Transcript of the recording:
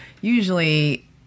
usually